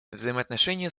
взаимоотношения